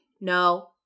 No